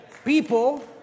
People